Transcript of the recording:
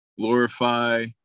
glorify